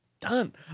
done